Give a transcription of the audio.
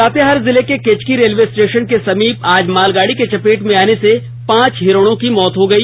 लातेहार जिले के Kechki railway station के समीप आज मालगाड़ी की चपेट में आने से पांच हिरणों की मौत हो गई